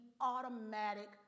automatic